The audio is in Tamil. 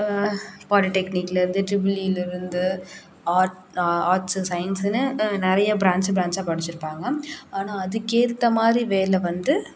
பாலிடெக்னிக்கில் இருந்து ட்ரிபிள்லில் இருந்து ஆர்ட் ஆர்ட்ஸு சயின்ஸுனு நிறைய பிராஞ்ச்சு பிராஞ்ச்சாக படிச்சுருப்பாங்க ஆனால் அதுக்கு ஏற்ற மாதிரி வேலை வந்து